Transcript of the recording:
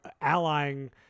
allying